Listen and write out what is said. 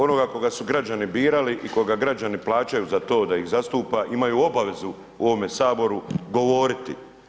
Onoga koga su građani birali i koga građani plaćaju za to da ih zastupa imaju obavezu u ovome Saboru govoriti.